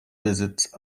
visits